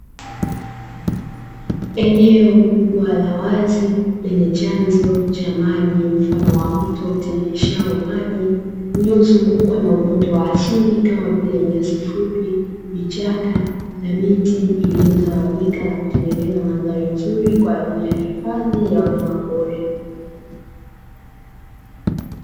Eneo kubwa la wazi lenye chanzo cha maji mfano wa mto utiririshao maji, uliozungukwa na uoto wa asili kama vile nyasi fupi, vichaka, na miti iliyotawanyika na kutengeneza mandhari nzuri kwa ajili ya hifadhi ya wanyamapori.